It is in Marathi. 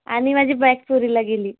आणि माझी बॅग चोरीला गेली